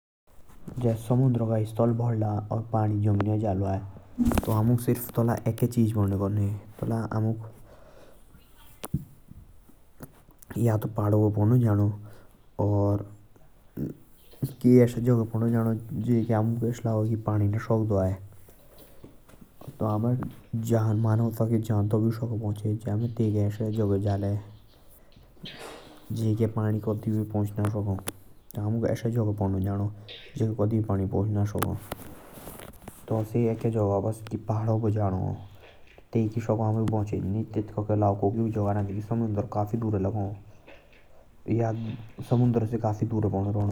जा समुद्र का स्थल बदला। और पानी जमिनऊइच जलो आइ। तला अमुक अका चीज़ पड़ने सोचने की। की अमुक पहाडु बो पड़नो जानो। कि एसे जगे जइके पानी ना सका आइ।